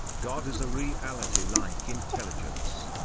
god is a reality like intelligence,